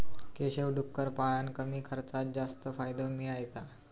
केशव डुक्कर पाळान कमी खर्चात जास्त फायदो मिळयता